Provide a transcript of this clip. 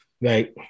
right